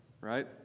right